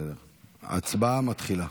ההצבעה מתחילה.